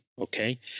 Okay